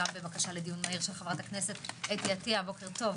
גם בבקשה לדיון מהיר של חברת הכנסת אתי עטייה בוקר טוב.